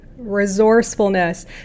resourcefulness